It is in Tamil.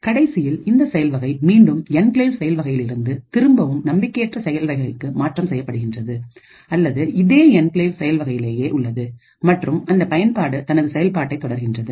கடைசியில் இந்த செயல் வகை மீண்டும் என்கிளேவ் செயல் வகையிலிருந்து திரும்பவும் நம்பிக்கையற்ற செயல்வகைக்கு மாற்றம் செய்யப்படுகின்றது அல்லது இதே என்கிளேவ் செயல் வகையிலேயே உள்ளது மற்றும் அந்த பயன்பாடு தனது செயல்பாட்டை தொடர்கின்றது